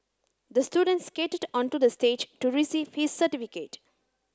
the student skated onto the stage to receive his certificate